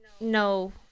No